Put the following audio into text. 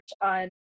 on